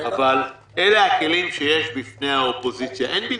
אלה הכלים שיש בפני האופוזיציה, אין בילתם,